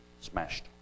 smashed